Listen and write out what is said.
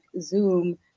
Zoom